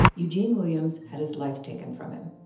eugene williams had his life taken from him.